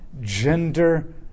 gender